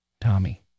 Tommy